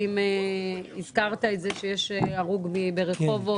האם הזכרת את זה שיש הרוג ברחובות?